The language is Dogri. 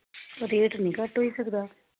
रेट निं घट्ट होई सकदा